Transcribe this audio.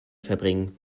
verbringen